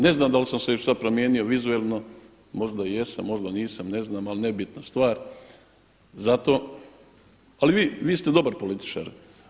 Ne znam da li sam se šta promijenio vizualno, možda jesam, možda nisam, ne znam ali nebitna stvar, zato ali vi ste dobar političar.